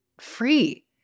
free